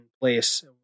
place